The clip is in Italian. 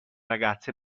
ragazze